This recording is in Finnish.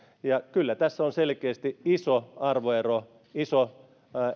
ja kyllä tässä on selkeästi iso arvoero iso